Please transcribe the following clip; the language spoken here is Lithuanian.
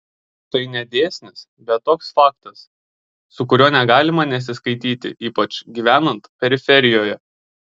tai ne dėsnis bet toks faktas su kuriuo negalima nesiskaityti ypač gyvenant periferijoje